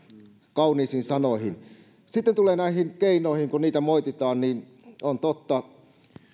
kauniisiin sanoihin sitten tulen näihin keinoihin kun niitä moititaan niin on totta että